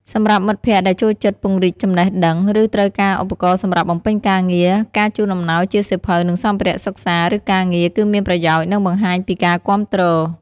សម្រាប់មិត្តភក្តិដែលចូលចិត្តពង្រីកចំណេះដឹង ឬត្រូវការឧបករណ៍សម្រាប់បំពេញការងារ ការជូនអំណោយជា សៀវភៅ និងសម្ភារៈសិក្សា ឬការងារ គឺមានប្រយោជន៍ និងបង្ហាញពីការគាំទ្រ។